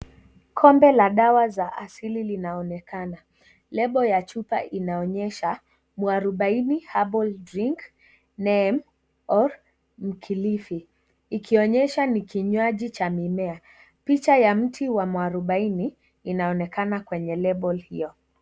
Kombe la dawa za asili linaonekana , lebo ya chupa inaonyesha mwarubaini herbal drink neem / Mkilifi ikionyesha ni kinywaji cha mimea picha ya mti wa mwarubaini inaonekana lwenye lebo hiyo.